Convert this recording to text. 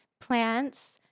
plants